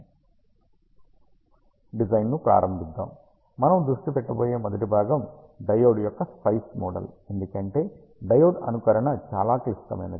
డిజైన్ను ప్రారంభిద్దాం మనం దృష్టి పెట్టబోయే మొదటి భాగం డయోడ్ యొక్క స్పైస్ మోడల్ ఎందుకంటే డయోడ్ అనుకరణ చాలా క్లిష్టమైనది